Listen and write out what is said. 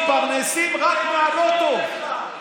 אתם מתפרנסים רק מהלא-טוב,